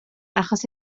achos